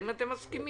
האם אתם מסכימים?